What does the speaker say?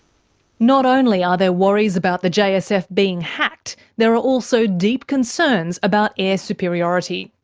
not only are there worries about the jsf being hacked, there are also deep concerns about air superiority.